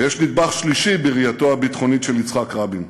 ויש נדבך שלישי בראייתו הביטחונית של יצחק רבין.